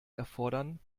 erfordern